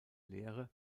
lehre